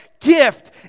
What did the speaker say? gift